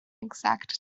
exact